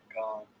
gone